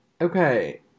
okay